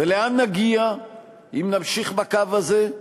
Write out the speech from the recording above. ולאן נגיע אם נמשיך בקו הזה,